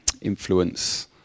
influence